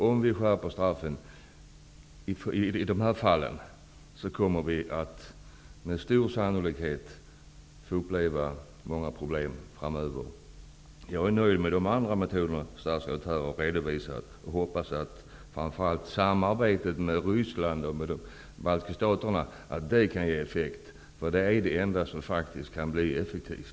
Om vi skärper straffen i de här fallen, kommer vi med stor sannolikhet att få uppleva många problem framöver. Jag är nöjd med de andra metoder som statsrådet här har redovisat, och jag hoppas att framför allt samarbetet med Ryssland och de baltiska staterna kan ge effekt, för det är det enda som faktiskt kan ge resultat.